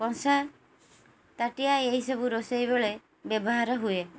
କଂସା ତାଟିଆ ଏହିସବୁ ରୋଷେଇବେଳେ ବ୍ୟବହାର ହୁଏ